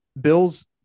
bills